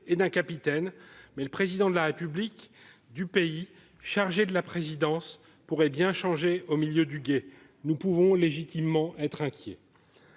et d'un capitaine, mais le Président de la République du pays chargé de la présidence pourrait bien changer au milieu du gué. Nous pouvons légitimement être inquiets.